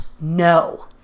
no